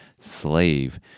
slave